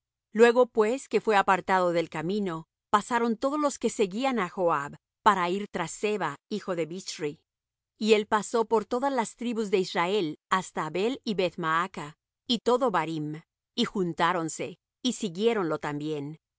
luego pues que fué apartado del camino pasaron todos los que seguían á joab para ir tras seba hijo de bichri y él pasó por todas las tribus de israel hasta abel y beth maach y todo barim y juntáronse y siguiéronlo también